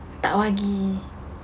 tak bagi